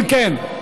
אם כן,